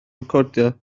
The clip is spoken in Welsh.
recordio